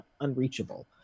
unreachable